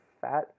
fat